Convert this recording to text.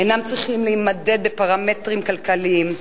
אינן צריכות להימדד בפרמטרים כלכליים.